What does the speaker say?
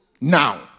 now